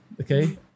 okay